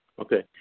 Okay